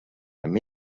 amb